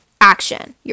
action